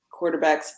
quarterbacks